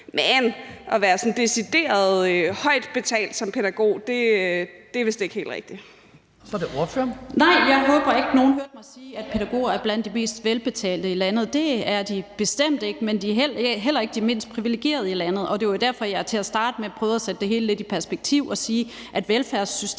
Kristian Skibby): Så er det ordføreren. Kl. 17:02 Karin Liltorp (M): Nej, jeg håber ikke, at nogen har hørt mig sige, at pædagoger er blandt de mest velbetalte i landet. Det er de bestemt ikke, men de er heller ikke de mindst privilegerede i landet. Det var derfor, jeg til at starte med prøvede at sætte det hele lidt i perspektiv og sige, at velfærdssystemet